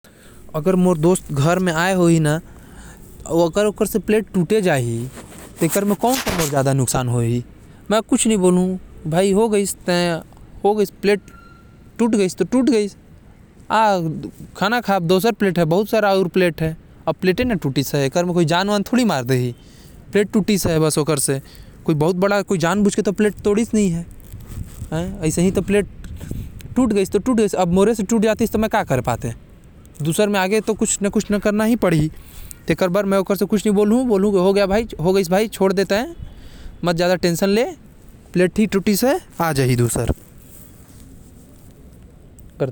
मैं अपन दोस्त ला बोलहु की भाई मैं जात हो, कुछ दिन खातिर एकर ध्यान रखबे। कोई एकरो ध्यान रखे वाला चाही, फिर जब तोके कोई मदद लगही, तो महुँ तोर मदद बर खड़ा रहुँ। जो भी खर्चा पानी होही मोर से लेबे, चाहे अपन बर अउ मोर कुत्ता बर भी।